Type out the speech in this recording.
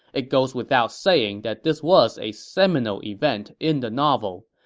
it goes without saying that this was a seminal event in the novel,